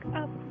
up